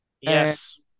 Yes